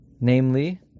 Namely